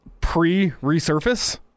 pre-resurface